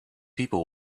people